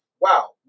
Wow